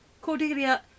Cordelia